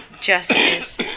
justice